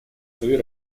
свою